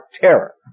terror